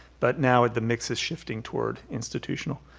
but now the mix is shifting toward institutional.